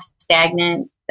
stagnant